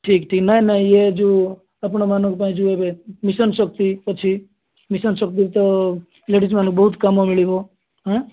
ଠିକ୍ ଠିକ୍ ନାଇ ଇଏ ଯୋଉ ଆପଣମାନଙ୍କ ପାଇଁ ଏ ଯୋଉ ଏବେ ମିଶନ୍ ଶକ୍ତି ଅଛି ମିଶନ୍ ଶକ୍ତି ତ ଲେଡ଼ିଜ୍ମାନ ବହୁତ କାମ ମିଳିବ ଏଁ